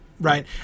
right